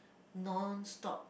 non-stop